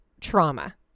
trauma